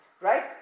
Right